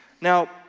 Now